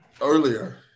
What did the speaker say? Earlier